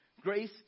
grace